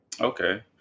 Okay